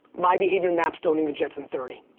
my behavior maps to owning the jets in thirty.